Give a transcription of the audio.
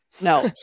no